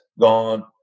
gone